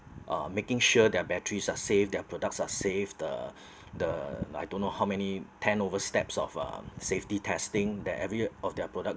uh making sure their batteries are safe their products are safe the the I don't know how many ten over steps of um safety testing that every of their product